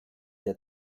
der